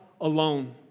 alone